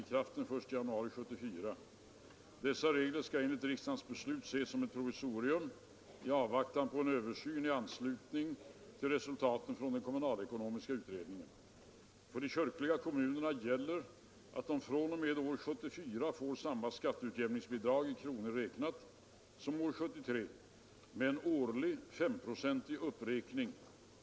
Särskilt märkliga effekter kan de nuvarande bestämmelserna få, om de taxeringar som föranledde uppgången i skattekraften 1973 sätts ner vid prövning i högre instans. Grunderna för berörda kyrkokommuners rätt att erhålla skatteutjämningsbidrag synes nämligen inte bli omräknade med hänsyn härtill.